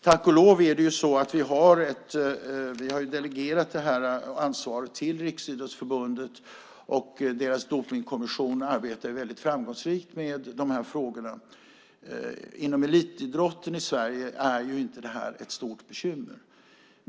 Tack och lov har vi delegerat ansvaret för detta till Riksidrottsförbundet, och deras dopningskommission arbetar mycket framgångsrikt med dessa frågor. Inom elitidrotten i Sverige är detta inte ett stort bekymmer.